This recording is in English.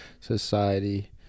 society